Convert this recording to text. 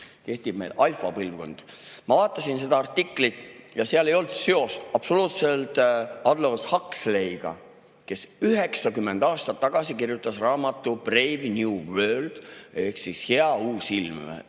kehtib meil Alfa põlvkond. Ma vaatasin seda artiklit ja seal ei olnud absoluutselt seost Aldous Huxleyga, kes 90 aastat tagasi kirjutas raamatu "Brave New World" ehk "Hea uus ilm".